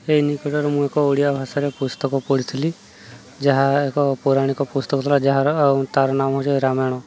ଏଇ ନିକଟରେ ମୁଁ ଏକ ଓଡ଼ିଆ ଭାଷାରେ ପୁସ୍ତକ ପଢ଼ିଥିଲି ଯାହା ଏକ ପୌରାଣିକ ପୁସ୍ତକ ଥିଲା ଯାହାର ତାର ନାମଯେ ରାମାୟଣ